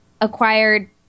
acquired